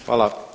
Hvala.